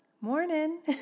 Morning